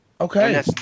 Okay